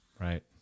Right